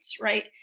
right